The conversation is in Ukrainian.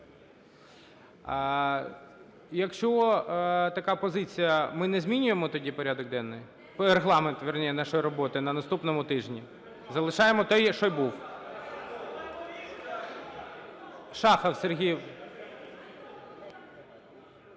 Якщо така позиція, ми не змінюємо тоді порядок денний… Регламент, вірніше, нашої роботи на наступному тижні? Залишаємо той, що і був? Шахов Сергій.